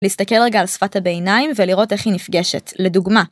להסתכל רגע על שפת הביניים ולראות איך היא נפגשת. לדוגמה,